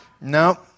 no